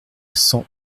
cent